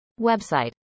website